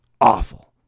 Awful